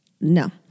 No